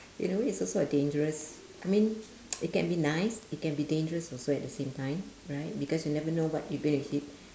in a way it's also a dangerous I mean it can be nice it can be dangerous also at the same time right because you never know what you going to hit